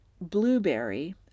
blueberry